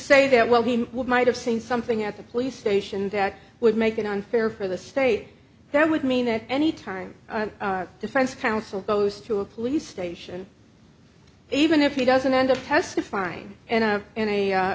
say that well he would might have seen something at the police station that would make it unfair for the state that would mean that any time defense counsel goes to a police station even if he doesn't end up testifying and in a